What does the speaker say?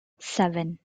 seven